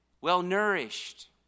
well-nourished